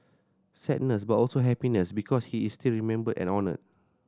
sadness but also happiness because he is still remembered and honoured